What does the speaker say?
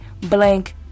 blank